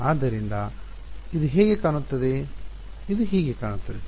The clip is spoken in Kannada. ಆದ್ದರಿಂದ ಇದು ಹೇಗೆ ಕಾಣುತ್ತದೆ ಇದು ಹೀಗೆ ಕಾಣುತ್ತದೆ